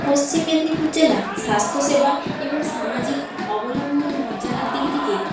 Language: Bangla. পশ্চিম মেদিনীপুর জেলার স্বাস্থ্যসেবা এবং সামাজিক অবলম্বন মর্যাদার দিক থেকে